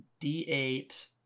D8